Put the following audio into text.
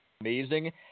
amazing